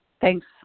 Thanks